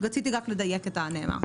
רציתי רק לדייק את הנאמר.